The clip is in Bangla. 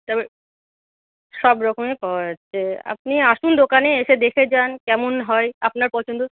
তারপর সব রকমের পাওয়া যাচ্ছে আপনি আসুন দোকানে এসে দেখে যান কেমন হয় আপনার পছন্দ